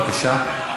בבקשה.